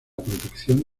protección